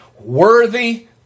Worthy